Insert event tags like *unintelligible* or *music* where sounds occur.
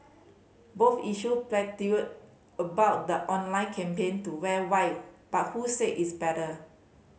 both issued *unintelligible* about the online campaign to wear white but who said is better